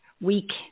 week